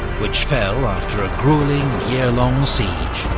which fell after a gruelling, year-long siege.